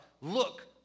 look